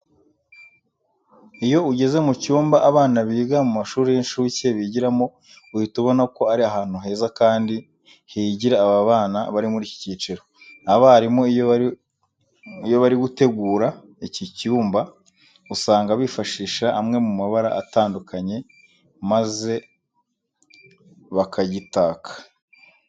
Iyo ugeze mu cyumba abana biga mu mashuri y'inshuke bigiramo uhita ubona ko ari ahantu heza kandi ko higira aba bana bari muri iki cyiciro. Abarimu iyo bari gutegura iki cyumba usanga bifashisha amwe mu mabara atandukanye maze bakagitaka.